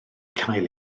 cael